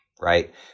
right